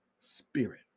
spirit